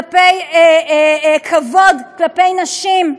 כלפי כבוד כלפי נשים,